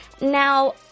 Now